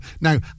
Now